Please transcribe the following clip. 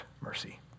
mercy